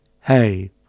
hey